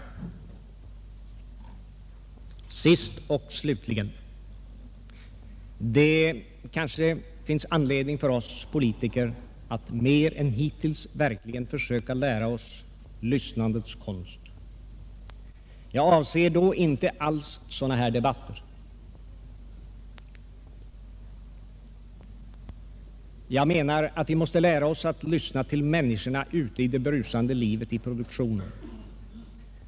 Allmänpolitisk debatt Allmänpolitisk debatt Sist och slutligen: Det kanske finns anledning för oss politiker att mer än hittills verkligen försöka lära oss lyssnandets konst. Jag avser då inte alls sådana här debatter. Jag menar att vi måste lära oss att lyssna till människorna ute i det brusande livet i produktionen.